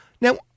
Now